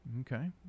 okay